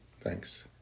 thanks